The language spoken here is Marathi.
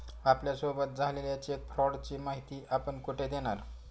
आपल्यासोबत झालेल्या चेक फ्रॉडची माहिती आपण कुठे देणार?